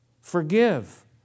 Forgive